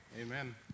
Amen